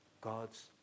God's